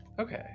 Okay